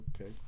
Okay